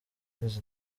alexis